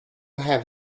have